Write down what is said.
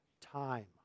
time